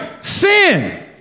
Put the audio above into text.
Sin